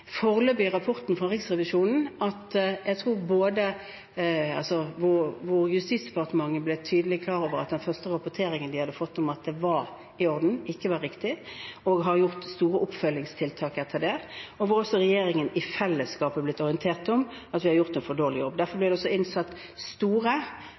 rapporten fra Riksrevisjonen, at jeg tror Justisdepartementet ble klar over at den første rapporteringen de hadde fått om at det var i orden, ikke var riktig – de har gjort store oppfølgingstiltak etter det – og regjeringen i fellesskap ble orientert om at vi hadde gjort en for dårlig jobb. Derfor